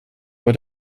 were